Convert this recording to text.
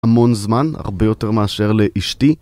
המון זמן, הרבה יותר מאשר לאשתי